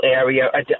area